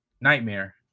Nightmare